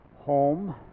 home